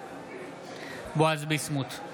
בועז ביסמוט,